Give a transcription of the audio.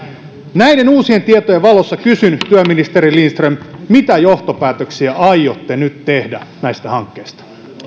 näiden uusien tietojen valossa kysyn työministeri lindström mitä johtopäätöksiä aiotte nyt tehdä näistä hankkeista